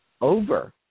over